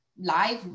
live